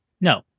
No